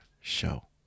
show